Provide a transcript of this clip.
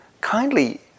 kindly